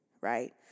right